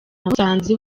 namusanze